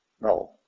No